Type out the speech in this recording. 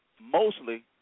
mostly